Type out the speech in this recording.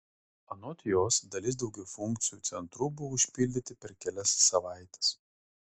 anot jos dalis daugiafunkcių centrų buvo užpildyti per kelias savaites